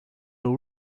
who